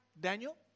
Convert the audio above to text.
Daniel